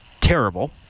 terrible